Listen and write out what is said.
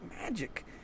magic